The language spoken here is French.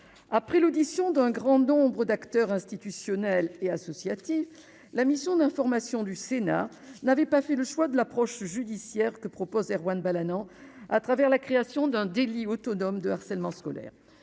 après l'audition d'un grand nombre d'acteurs institutionnels et associatifs, la mission d'information du Sénat n'avait pas fait le choix de l'approche judiciaire que propose Erwan Balanant à travers la création d'un délit autonome de harcèlement scolaire,